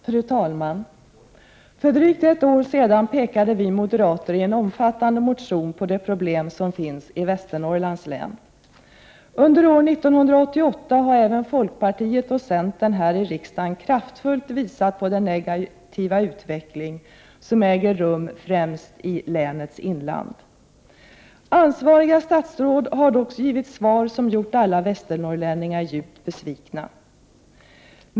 Fru talman! För drygt ett år sedan pekade vi moderater i en omfattande motion på de problem som finns i Västernorrlands län. Under år 1988 har även folkpartiet och centern här i riksdagen kraftfullt visat på den negativa utveckling som äger rum främst i länets inland. Ansvariga statsråd har dock givit svar som gjort alla västernorrlänningar djupt besvikna.